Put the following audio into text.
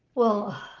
well,